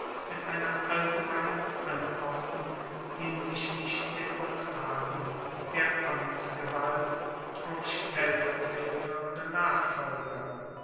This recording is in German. mit einer allgemeinen anordnung hinsichtlich der uebertragung der amtsgewalt auf stellvertreter oder nachfolger